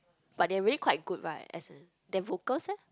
but they're really quite good right as in their vocals eh